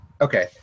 Okay